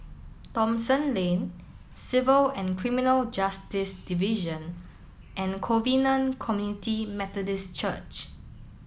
Thomson Lane Civil and Criminal Justice Division and Covenant Community Methodist Church